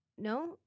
No